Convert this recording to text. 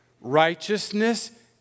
righteousness